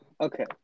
Okay